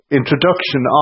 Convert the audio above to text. introduction